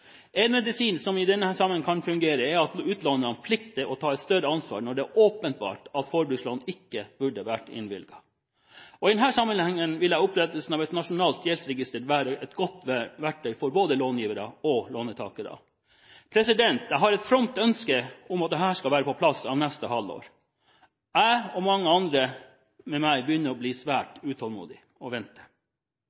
En medisin som i denne sammenheng kan fungere, er at utlånerne plikter å ta et større ansvar når det er åpenbart at forbrukslån ikke burde vært innvilget. I den sammenheng ville opprettelsen av et nasjonalt gjeldsregister være et godt verktøy for både långivere og låntakere. Jeg har et fromt ønske om at det skal være på plass i neste halvår. Jeg og mange med meg begynner å bli